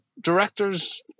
directors